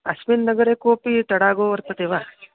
अस्मिन् नगरे कोऽपि तडागः वर्तते वा